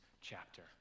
chapter